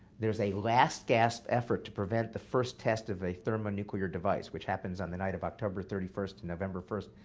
there's a last-gasp effort to prevent the first test of a thermonuclear device which happens on the night of october thirty first, and november first,